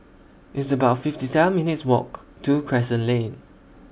It's about fifty seven minutes' Walk to Crescent Lane